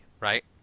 right